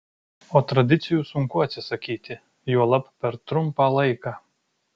o tradicijų sunku atsisakyti juolab per trumpą laiką